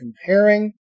comparing